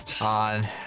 on